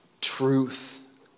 truth